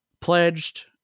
pledged